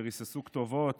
שריססו כתובות